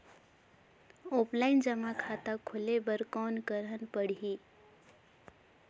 Offline जमा खाता खोले बर कौन करना पड़ही?